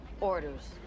Orders